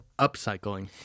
upcycling